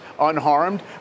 unharmed